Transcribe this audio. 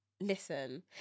Listen